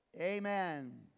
Amen